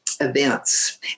events